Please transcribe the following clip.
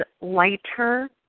lighter